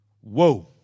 whoa